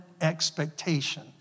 expectation